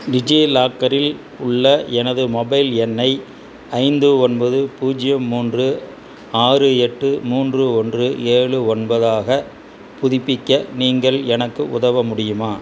டிஜிலாக்கரில் உள்ள எனது மொபைல் எண்ணை ஐந்து ஒன்பது பூஜ்ஜியம் மூன்று ஆறு எட்டு மூன்று ஒன்று ஏழு ஒன்பதாக புதுப்பிக்க நீங்கள் எனக்கு உதவ முடியுமா